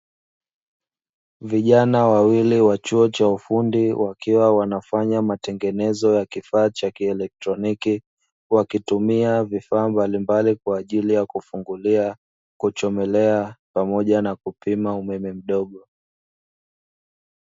Vijana wawili wa chuo cha ufundi wakiwa wanafanya matengenezo ya kifaa cha kielektroniki, wakitumia vifaa mbalimbali kwa ajili ya kufungulia, kuchomelea pamoja na kupima umeme mdogo.